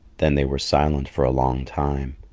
then they were silent for a long time,